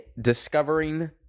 discovering